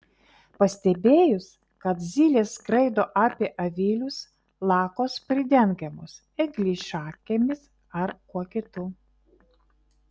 pastebėjus kad zylės skraido apie avilius lakos pridengiamos eglišakėmis ar kuo kitu